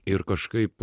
ir kažkaip